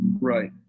right